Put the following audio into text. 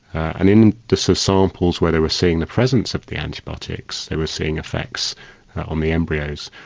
and in the so samples where they were seeing the presence of the antibiotics they were seeing effects on the embryos.